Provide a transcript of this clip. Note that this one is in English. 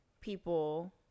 people